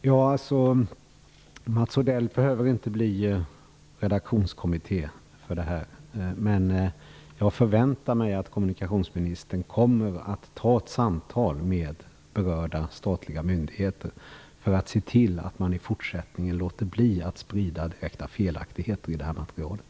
Herr talman! Mats Odell behöver inte bilda en redaktionskommitté, men jag förväntar mig att kommunikationsministern tar ett samtal med berörda statliga myndigheter för att se till att de i fortsättningen låter bli att sprida direkta felaktigheter i det här materialet.